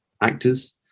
actors